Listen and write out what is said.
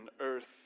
earth